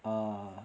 ah